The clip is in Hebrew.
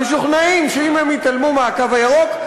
שמשוכנעים שאם הם יתעלמו מהקו הירוק,